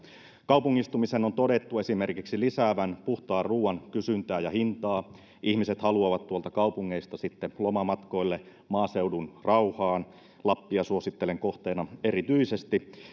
kaupungistumisen on todettu esimerkiksi lisäävän puhtaan ruuan kysyntää ja hintaa ihmiset haluavat tuolta kaupungeista sitten lomamatkoille maaseudun rauhaan lappia suosittelen kohteena erityisesti